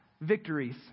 victories